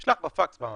שלח בפקס.